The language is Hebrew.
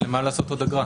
למה לעשות עוד אגרה?